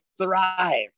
thrive